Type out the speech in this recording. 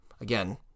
again